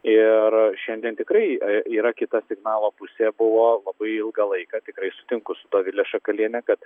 ir šiandien tikrai yra kita signalo pusė buvo labai ilgą laiką tikrai sutinku su dovile šakaliene kad